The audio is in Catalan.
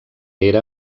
era